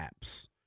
apps